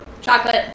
Chocolate